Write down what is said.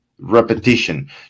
repetition